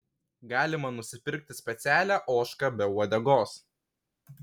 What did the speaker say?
galima nusipirkti specialią ožką be uodegos